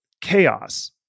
chaos